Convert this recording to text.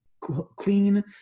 clean